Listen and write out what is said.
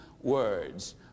words